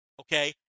okay